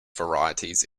varieties